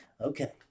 Okay